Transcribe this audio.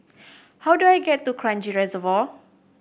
how do I get to Kranji Reservoir